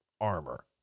armor